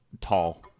tall